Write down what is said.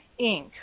Inc